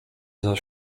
zaś